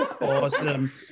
Awesome